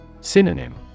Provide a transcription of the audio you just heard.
Synonym